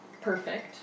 perfect